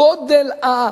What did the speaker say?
כי זה סימן של כבוד לאחר.